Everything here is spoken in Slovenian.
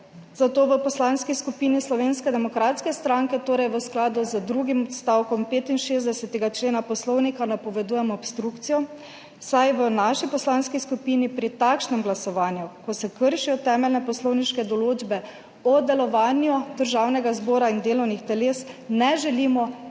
Zato v Poslanski skupini Slovenske demokratske stranke v skladu z drugim odstavkom 65. člena Poslovnika napovedujemo obstrukcijo, saj v naši poslanski skupini pri takšnem glasovanju, ko se kršijo temeljne poslovniške določbe o delovanju Državnega zbora in delovnih teles, ne želimo in